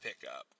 pickup